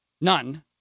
None